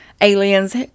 aliens